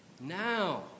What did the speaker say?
now